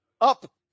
up